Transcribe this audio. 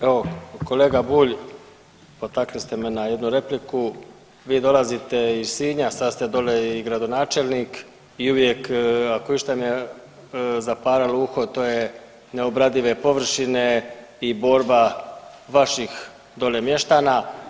Evo kolega Bulj, potakli ste me na jednu repliku, vi dolazite iz Sinja, sad ste dole i gradonačelnik i uvijek ako išta ne zapara luku to je neobradive površine i borba vaših dole mještana.